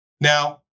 Now